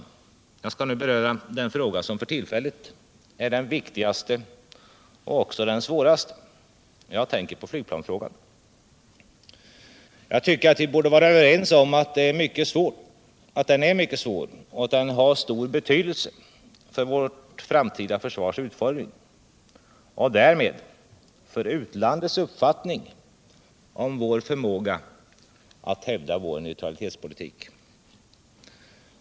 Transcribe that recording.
Jag skall nu beröra den fråga som för tillfället är den viktigaste och också den svåraste. Jag tänker på flygplansfrågan. Jag tycker att vi borde vara överens om att den är mycket svår och att den har stor betydelse för vårt framtida försvars utformning och därmed för utlandets uppfattning om vår förmåga att hävda vår neutralitetspolitik.